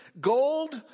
gold